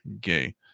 gay